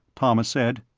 thomas said.